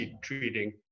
treating